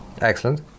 Excellent